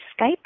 Skype